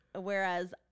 Whereas